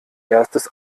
erstes